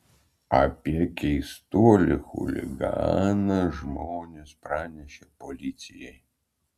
apie keistuolį chuliganą žmonės pranešė policijai